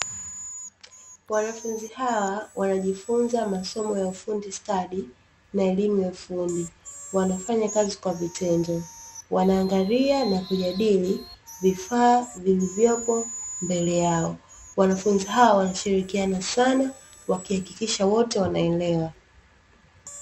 Wanafunzi hawa wanajifunza masomo ya ufundi stadi na elimu ya ufundi. Wanafanya kazi kwa vitendo. Wanaangalia na kujadili vifaa vilivyopo mbele yao. Wanafunzi hao wanashirikiana sana wakihakikisha wote wanaelewa.